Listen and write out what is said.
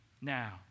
now